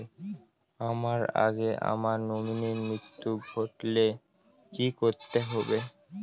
আমার আগে আমার নমিনীর মৃত্যু ঘটলে কি করতে হবে?